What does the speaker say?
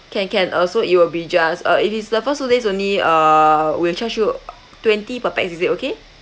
can can uh so it will be just uh if is the first two days only err we'll charge you twenty per pax is it okay